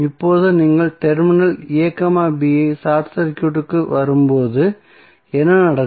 இப்போது நீங்கள் terminal a b ஐ ஷார்ட் சர்க்யூட்க்கு வரும்போது என்ன நடக்கும்